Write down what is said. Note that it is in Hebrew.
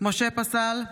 משה פסל,